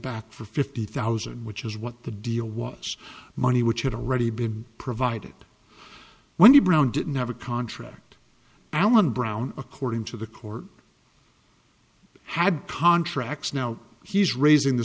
back for fifty thousand which is what the deal was money which had already been provided wendy brown didn't have a contract alan brown according to the court had contracts now he's raising the